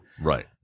Right